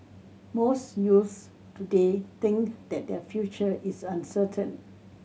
most youths today think that their future is uncertain